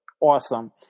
Awesome